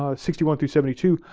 ah sixty one through seventy two,